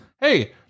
Hey